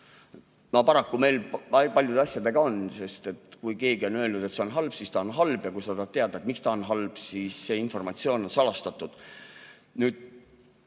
Paraku nii meil paljude asjadega on. Kui keegi on öelnud, et see on halb, siis see on halb, ja kui sa tahad teada, miks see on halb, siis see informatsioon on salastatud. Mul